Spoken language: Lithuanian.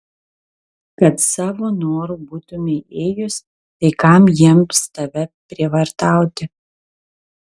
kad savo noru būtumei ėjus tai kam jiems tave prievartauti